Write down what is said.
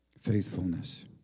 faithfulness